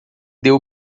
deu